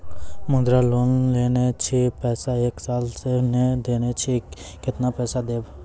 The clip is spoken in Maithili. मुद्रा लोन लेने छी पैसा एक साल से ने देने छी केतना पैसा देब?